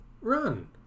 run